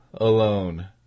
Alone